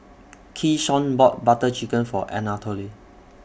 Keyshawn bought Butter Chicken For Anatole